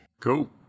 Cool